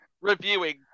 reviewing